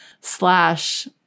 slash